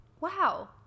Wow